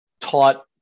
taught